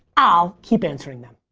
i'll keep answering them.